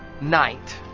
night